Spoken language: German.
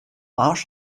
arsch